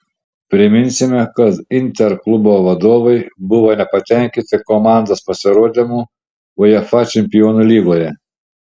priminsime kad inter klubo vadovai buvo nepatenkinti komandos pasirodymu uefa čempionų lygoje